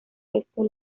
esto